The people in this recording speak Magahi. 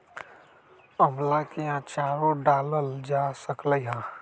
आम्ला के आचारो डालल जा सकलई ह